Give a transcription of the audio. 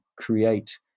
create